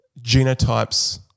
genotypes